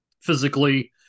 physically